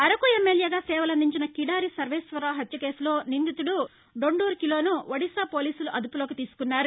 అరకు ఎమ్మెల్యేగా సేవలందించిన కిడారి సర్వేశ్వరరావు హత్య కేసులో నిందితుడు డొండురు కిలోను ఒడిశా పోలీసులు అదుపులోకి తీసుకున్నారు